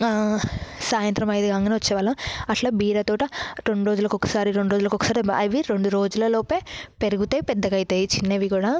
సాయంత్రం ఐదు కాగానే వచ్చే వాళ్ళము అలా బీర తోట రెండు రోజులకు ఒకసారి రెండు రోజులకు ఒకసారి అవి రెండు రోజులలోపే పెరుగుతాయి పెద్దగా అవుతాయి చిన్నవి కూడా